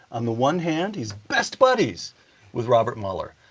on the one hand, he's best buddies with robert mueller,